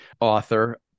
author